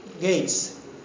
gates